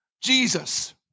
Jesus